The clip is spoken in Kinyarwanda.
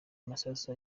masasu